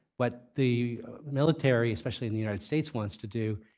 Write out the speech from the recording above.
what the military, especially in the united states wants to do,